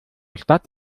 stadt